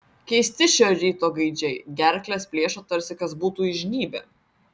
keisti šio ryto gaidžiai gerkles plėšo tarsi kas būtų įžnybę